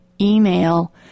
email